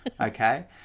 Okay